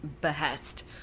behest